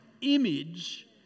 image